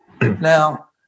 Now